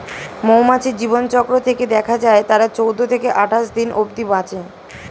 মৌমাছির জীবনচক্র থেকে দেখা যায় তারা চৌদ্দ থেকে আটাশ দিন অব্ধি বাঁচে